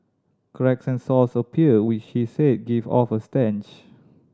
cracks and sores appear which she said give off a stench